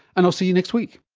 and i'll see you next week